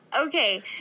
Okay